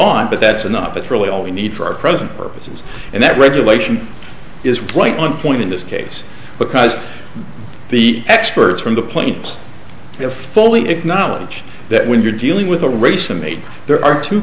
on but that's enough it's really all we need for our present purposes and that regulation is plain one point in this case because the experts from the plains have fully acknowledge that when you're dealing with a race made there are two